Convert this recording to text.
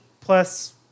plus